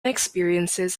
experiences